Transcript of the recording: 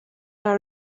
our